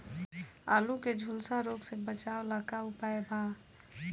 आलू के झुलसा रोग से बचाव ला का उपाय बा?